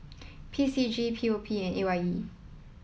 P C G P O P and A Y E